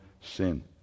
sin